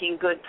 good